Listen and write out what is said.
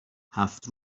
هفت